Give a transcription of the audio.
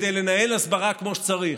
כדי לנהל הסברה כמו שצריך.